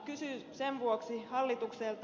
kysyn sen vuoksi hallitukselta